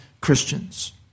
Christians